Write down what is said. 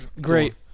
Great